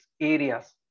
areas